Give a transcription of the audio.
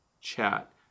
chat